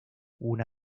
una